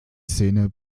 szene